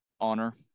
honor